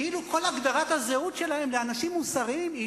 כאילו כל הגדרת הזהות שלהם לאנשים מוסריים היא